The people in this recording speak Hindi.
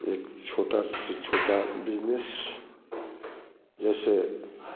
एक छोटा से छोटा बिजनेस जैसे